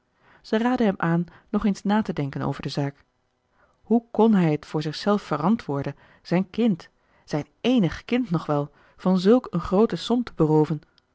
zij raadde hem aan nog eens na te denken over de zaak hoe kon hij t voor zichzelf verantwoorden zijn kind zijn eenig kind nog wel van zulk een groote som te berooven